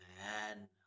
man